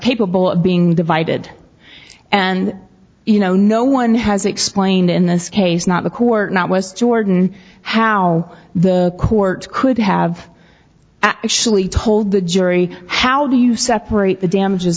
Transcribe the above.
capable of being divided and you know no one has explained in this case not a court not was jordan how the court could have actually told the jury how do you separate the damages